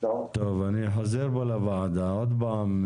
אני חוזר לוועדה עוד פעם,